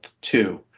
two